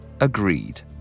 agreed